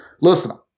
listen